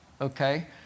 okay